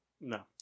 No